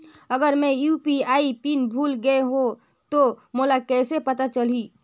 अगर मैं UPI PIN भुल गये हो तो मोला कइसे पता चलही?